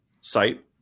site